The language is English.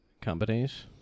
companies